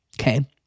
Okay